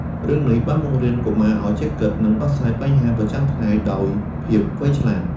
រឿងនេះបានបង្រៀនកុមារឲ្យចេះគិត និងដោះស្រាយបញ្ហាប្រចាំថ្ងៃដោយភាពវៃឆ្លាត។